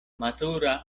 matura